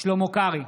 שלמה קרעי,